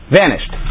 vanished